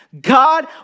God